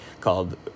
called